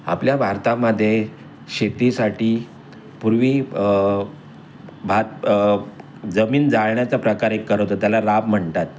आपल्या भारतामध्ये शेतीसाठी पूर्वी भात जमीन जाळण्याचा प्रकार एक करत होतं त्याला राब म्हणतात